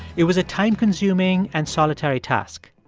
it was a time-consuming and solitary task,